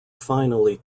finally